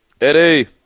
Eddie